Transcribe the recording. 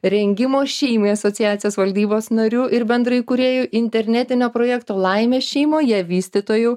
rengimo šeimai asociacijos valdybos nariu ir bendraįkūrėjų internetinio projekto laimė šeimoje vystytoju